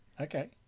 Okay